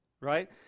right